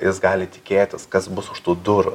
jis gali tikėtis kas bus už tų durų